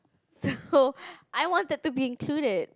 so I wanted to be included